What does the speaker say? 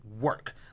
work